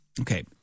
Okay